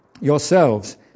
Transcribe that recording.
yourselves